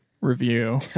review